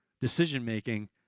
decision-making